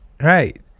right